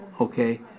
okay